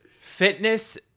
fitness